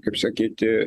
kaip sakyti